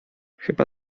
chyba